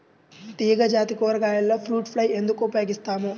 తీగజాతి కూరగాయలలో fruit fly ఎందుకు ఉపయోగిస్తాము?